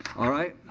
all right.